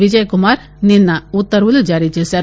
విజయ్ కుమార్ నిన్న ఉత్తర్వులు జారీ చేశారు